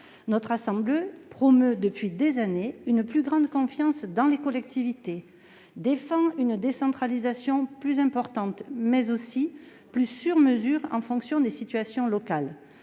Notre assemblée promeut depuis des années une plus grande confiance dans les collectivités, défend une décentralisation plus importante, mais aussi plus « sur mesure » en fonction des situations locales.